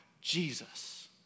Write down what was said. Jesus